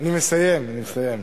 אני מסיים, אני מסיים.